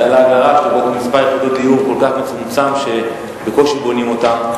רעש על מספר יחידות דיור כל כך מצומצם שבקושי בונים אותן,